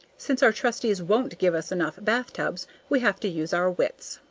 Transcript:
since our trustees won't give us enough bathtubs, we have to use our wits.